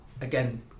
again